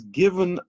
given